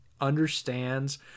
understands